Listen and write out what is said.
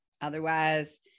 Otherwise